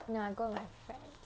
no I go with my friends